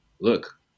look